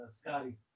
Scotty